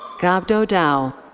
gabdo daou.